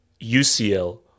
UCL